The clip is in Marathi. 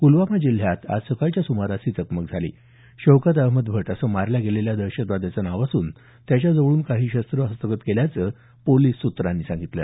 पुलवामा जिल्ह्यात आज सकाळच्या सुमारास ही चकमक झाली शौकत अहमद भट असं मारल्या गेलेल्या दहशतवाद्याचं नाव असून त्याच्या जवळून काही शस्त्र हस्तगत केल्याचं पोलिस सूत्रांनी सांगितलं